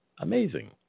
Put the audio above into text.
amazing